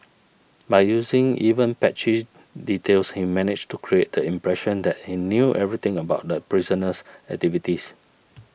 by using even patchy details he managed to create the impression that he knew everything about the prisoner's activities